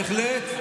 בהחלט.